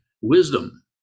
wisdom